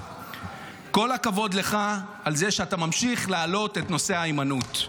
כל הכבוד לך על זה שאתה ממשיך לעלות את נושא היימנוט.